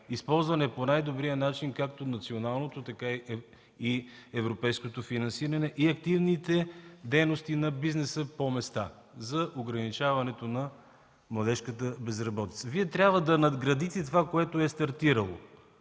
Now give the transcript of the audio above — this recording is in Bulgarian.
използване по най-добрия начин както националното, така и европейското финансиране и активните дейности на бизнеса по места за ограничаването на младежката безработица. Вие трябва да надградите това, което е стартирало.